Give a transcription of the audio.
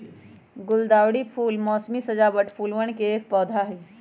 गुलदावरी फूल मोसमी सजावट फूलवन के एक पौधा हई